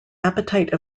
appetite